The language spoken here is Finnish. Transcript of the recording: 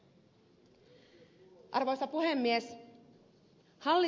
arvoisa puhemies